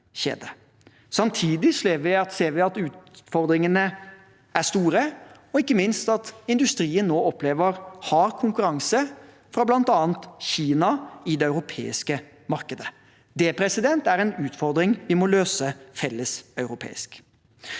Samtidig ser vi at utfordringene er store, og ikke minst at industrien nå opplever hard konkurranse fra bl.a. Kina i det europeiske markedet. Det er en utfordring vi må løse felleseuropeisk.